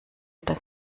dass